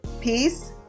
peace